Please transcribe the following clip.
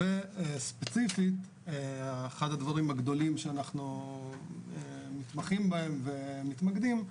וספציפית אחד הדברים הגדולים שאנחנו מתמחים בהם ומתמקדים,